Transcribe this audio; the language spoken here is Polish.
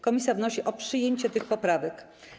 Komisja wnosi o przyjęcie tych poprawek.